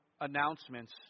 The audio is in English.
announcements